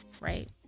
right